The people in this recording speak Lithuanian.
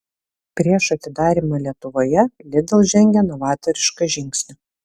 prieš atidarymą lietuvoje lidl žengė novatorišką žingsnį